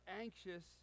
anxious